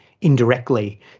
indirectly